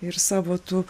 ir savo tų